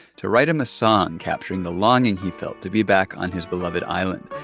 to write him a song capturing the longing he felt to be back on his beloved island.